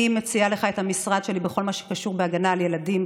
אני מציעה לך את המשרד שלי בכל מה שקשור בהגנה על ילדים,